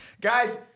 Guys